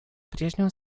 прежнему